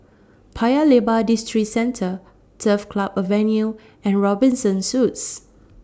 Paya Lebar Districentre Turf Club Avenue and Robinson Suites